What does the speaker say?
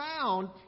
found